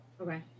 Okay